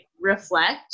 reflect